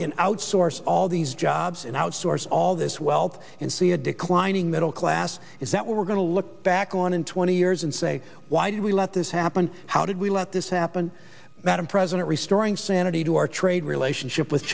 in outsource all these jobs and outsource all this wealth and see a declining middle class is that we're going to look back on in twenty years and say why did we let this happen how did we let this happen madam president restoring sanity to our trade relationship with